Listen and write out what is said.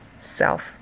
self